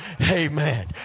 Amen